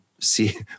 See